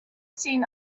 seen